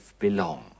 belong